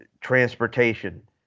transportation